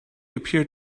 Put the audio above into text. appeared